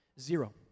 Zero